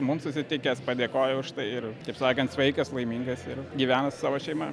mums susitikęs padėkojo už tai ir taip sakant sveikas laimingas ir gyvena su savo šeima